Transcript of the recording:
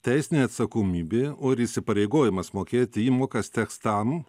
teisinė atsakomybė o ir įsipareigojimas mokėti įmokas teks tam